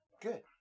Good